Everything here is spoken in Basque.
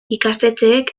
ikastetxeek